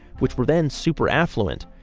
which were then super affluent.